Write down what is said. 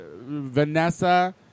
Vanessa